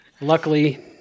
luckily